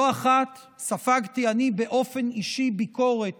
לא אחת ספגתי אני, באופן אישי, ביקורת